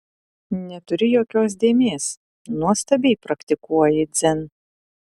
neturi jokios dėmės nuostabiai praktikuoji dzen